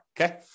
Okay